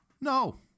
No